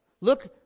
Look